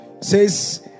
Says